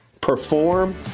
perform